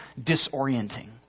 disorienting